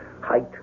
height